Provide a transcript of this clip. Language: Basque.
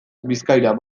bizkaira